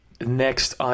Next